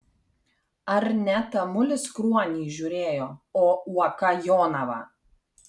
ar ne tamulis kruonį žiūrėjo o uoka jonavą